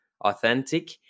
authentic